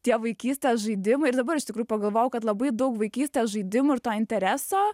tie vaikystės žaidimai ir dabar iš tikrųjų pagalvojau kad labai daug vaikystės žaidimų ir to intereso